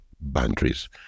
boundaries